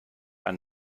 ein